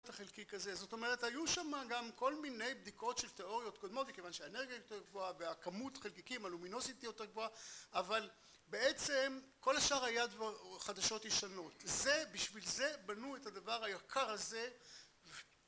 את החלקיק הזה. זאת אומרת היו שם גם כל מיני בדיקות של תיאוריות קודמות מכיוון שהאנרגיה יותר גבוהה, והכמות חלקיקים הלומינוסיטי יותר גבוהה, אבל בעצם כל השאר היה חדשות ישנות. זה, בשביל זה, בנו את הדבר היקר הזה